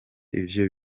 ivyo